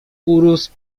urósł